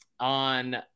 on